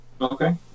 okay